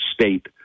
state